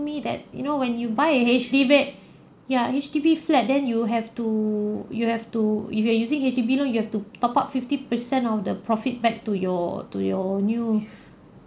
me that you know when you buy a H_D_B ya H_D_B flat then you have to you have to if you are using H_D_B loan you have to top up fifty percent of the profit back to your to your new